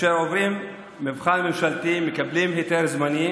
אשר עוברים מבחן ממשלתי ומקבלים היתר זמני,